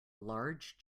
large